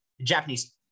Japanese